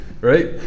right